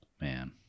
man